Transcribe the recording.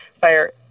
Fire